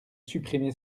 supprimer